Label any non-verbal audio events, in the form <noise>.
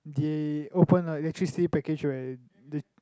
the open like electricity package with <noise>